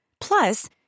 Plus